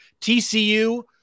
TCU